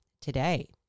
today